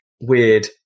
weird